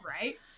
right